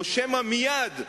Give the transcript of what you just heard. או שמא מייד,